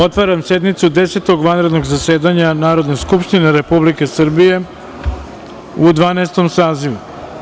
otvaram sednicu Desetog vanrednog zasedanja Narodne skupštine Republike Srbije u Dvanaestom sazivu.